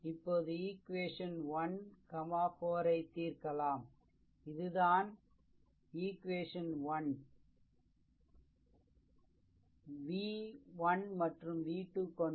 இப்போது ஈக்வேஷன் 1 4 ஐ தீர்க்கலாம்இதுதான் this is ஈக்வேஷன் 1 ஐ v1 மற்றும் v2 கொண்டு